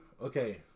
okay